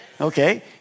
Okay